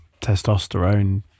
testosterone